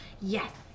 Yes